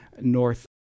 North